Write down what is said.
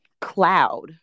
cloud